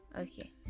okay